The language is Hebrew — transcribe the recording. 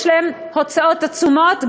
יש להם הוצאות עצומות,